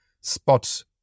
spot